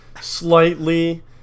slightly